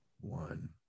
one